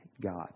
God